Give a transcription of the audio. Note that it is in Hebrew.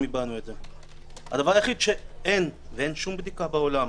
הדבר היחיד שאין שום בדיקה בעולם,